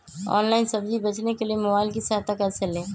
Online सब्जी बेचने के लिए मोबाईल की सहायता कैसे ले?